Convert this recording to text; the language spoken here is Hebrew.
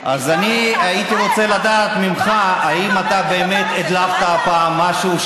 אז אני הייתי רוצה לדעת ממך אם אתה באמת הדלפת פעם משהו,